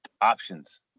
options